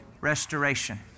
restoration